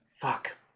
Fuck